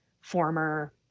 former